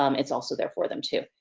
um it's also there for them too.